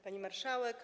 Pani Marszałek!